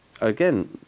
again